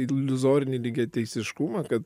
iliuzorinį lygiateisiškumą kad